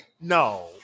No